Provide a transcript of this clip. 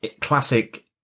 classic